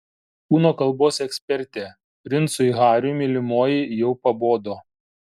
kūno kalbos ekspertė princui hariui mylimoji jau pabodo